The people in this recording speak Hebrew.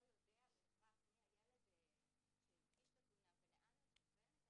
יודע בהכרח מי הילד שבגינו הגישו את התלונה ולאן לכוון את